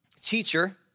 Teacher